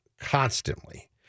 constantly